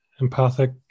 empathic